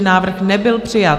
Návrh nebyl přijat.